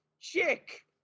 chick